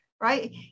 Right